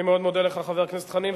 אני מאוד מודה לך, חבר הכנסת חנין.